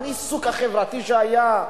הריסוק החברתי שהיה.